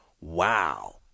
Wow